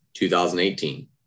2018